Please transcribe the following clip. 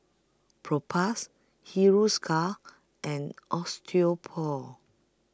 Propass Hiruscar and Osteopool